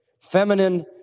feminine